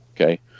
Okay